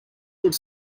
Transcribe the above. could